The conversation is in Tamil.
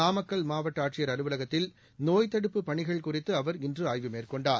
நாமக்கல் மாவட்ட ஆட்சியா் அலுலகத்தில் நோய் தடுப்புப் பணிள் குறித்து அவா் இன்று ஆய்வு மேற்கொண்டார்